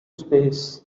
space